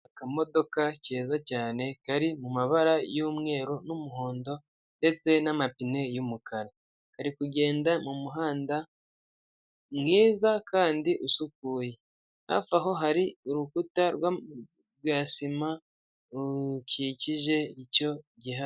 Akamodoka keza cyane kari mu mabara y'umweru n'umuhondo ndetse n'amapine yumukara kari kugenda mumuhanda mwiza kandi usukuye hafi aho hari urukuta rwa sima rukikije nicyo gihari